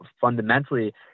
fundamentally